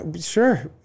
sure